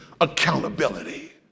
accountability